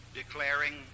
declaring